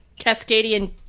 Cascadian